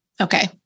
Okay